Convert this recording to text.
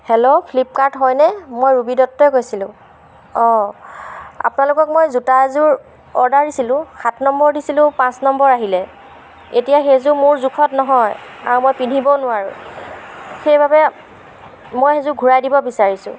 hello Flipkart হয়নে মই ৰূবী দত্তই কৈছিলোঁ অঁ আপোনালোকক মই জোতা এযোৰ অৰ্ডাৰ দিছিলোঁ সাত নম্বৰ দিছিলোঁ পাঁচ নম্বৰ আহিলে এতিয়া সেইযোৰ মোৰ জোখত নহয় আৰু মই পিন্ধিবও নোৱাৰোঁ সেইবাবে মই সেইযোৰ ঘূৰাই দিব বিচাৰিছোঁ